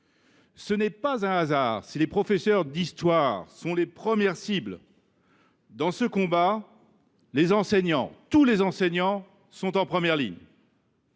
Ce n’est pas un hasard si les professeurs d’histoire sont les premières cibles dans ce combat, si tous les enseignants sont en première ligne.